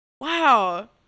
Wow